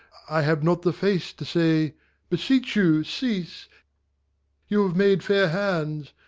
i have not the face to say beseech you, cease you have made fair hands,